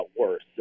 worse